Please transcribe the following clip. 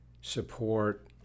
support